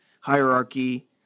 hierarchy